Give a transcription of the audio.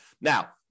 Now